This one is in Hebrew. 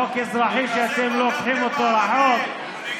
חוק אזרחי שאתם לוקחים אותו רחוק.